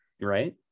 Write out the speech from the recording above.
Right